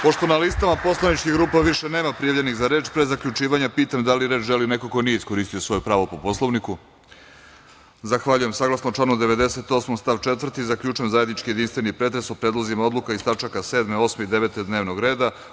Pošto na listama poslaničkih grupa više nema prijavljenih za reč, pre zaključivanja pitam da li reč želi neko ko nije iskoristio svoje pravo po Poslovniku? (Ne.) Saglasno članu 98. stav 4. zaključujem zajednički jedinstveni pretres o predlozima odluka iz tačaka 7. 8. i 9. dnevnog reda.